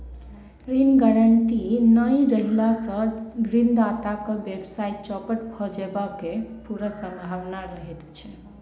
ऋण गारंटी नै रहला सॅ ऋणदाताक व्यवसाय चौपट भ जयबाक पूरा सम्भावना रहैत छै